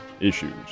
issues